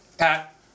Pat